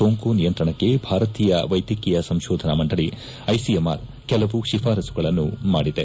ಸೋಂಕು ನಿಯಂತ್ರಣಕ್ಕೆ ಭಾರತೀಯ ವೈದ್ಯಕೀಯ ಸಂಶೋಧನಾ ಮಂಡಳ ಐಸಿಎಂಆರ್ ಕೆಲವು ಶಿಫಾರಸ್ತುಗಳನ್ನು ಮಾಡಿದೆ